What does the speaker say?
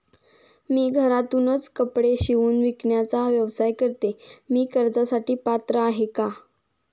मी घरातूनच कपडे शिवून विकण्याचा व्यवसाय करते, मी कर्जासाठी पात्र आहे का?